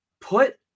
Put